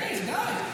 מאיר, די.